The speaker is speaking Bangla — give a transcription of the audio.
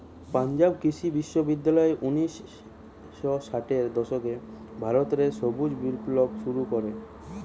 পাঞ্জাব কৃষি বিশ্ববিদ্যালয় উনিশ শ ষাটের দশকে ভারত রে সবুজ বিপ্লব শুরু করে